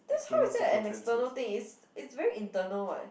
that's how is that an external thing it's it's very internal [what]